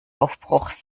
aufbruchs